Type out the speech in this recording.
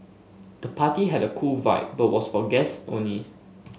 the party had a cool vibe but was for guests only